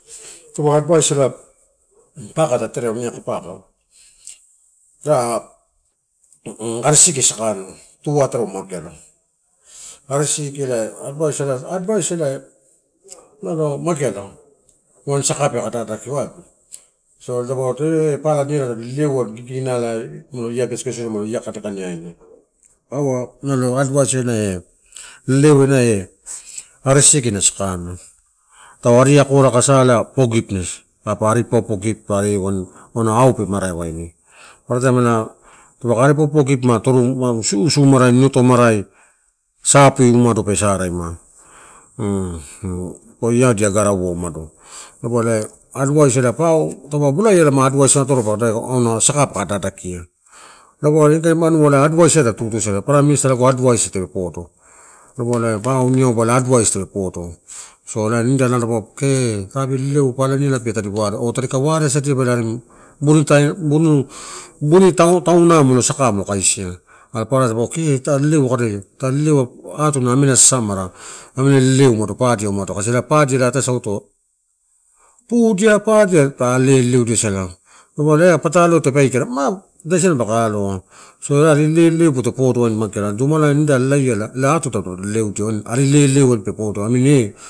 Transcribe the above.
Taupa advise, paka ta, tereau, iaka, paka arisisiki sakanna, tuatoro geala. Arisisiki ela, advice ela-advice ela nalo mageala. Wain saka peke dadakio aiba so dapaua eh nato eh pala, niala tadi leleua giginalai molo ia gesi gesina molo ia kane kaneaina. Kaua nalo advice ena eh lelou, arisisiki na sakan na tau ari akora eka sa ela forgiveness. Papa ari po-po forgive wain auna au pe marai waini. Paparataim ela taupaka ari popo forgive, turuma ususu marai, hito marai, sapei umado pe saraima pua ia dia agaraumado. Dapau advice ela ma pau taupe bolaia ma advice tadi tutusadia tara prime minister lago advice tape podo. Dapaua pau, niau ela advice tape podo. So ela nida dapaua kee tabi leleu niala, pala tadi warea aka tadika warea sadia bea ela arim morita buni-buni tauna molo saka ma kaisia. Papara dipaua kee ta leleu, akeleu sasamara, amela leuleu padia umano padia ataigauto asi adia ela pudia tu leuleudia sala tapaua eh a patalo tape aikala ma ida siamela paka aloa, so ena a ari leuleu peto podo wain mageala. Are domalai nida anua lailaiala ela atuda dapato leleudia, waini ari leleu pe podo amini.